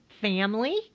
family